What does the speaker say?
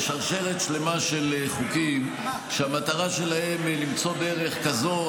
בשרשרת שלמה של חוקים שהמטרה שלהם היא למצוא דרך כזאת או